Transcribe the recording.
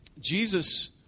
Jesus